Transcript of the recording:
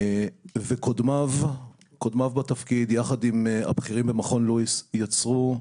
קודמיו בתפקיד, יחד עם הבכירים במכון לואיס, יצרו,